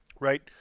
Right